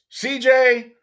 CJ